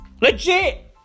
Legit